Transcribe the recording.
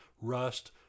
Rust